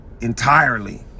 Entirely